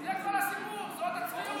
זה כל הסיפור, זאת הצביעות.